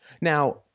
Now